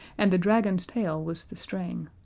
and the dragon's tail was the string.